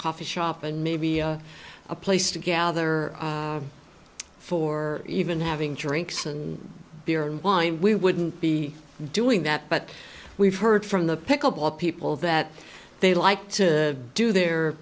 coffee shop and maybe a place to gather for even having drinks and beer and wine we wouldn't be doing that but we've heard from the pickle ball people that they like to do their